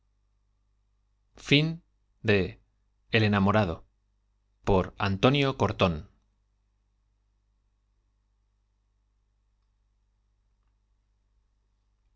el enamorado por antonio cortón